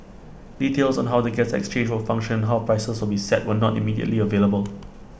details on how the gas exchange will function and how prices will be set were not immediately available